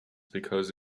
because